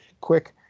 quick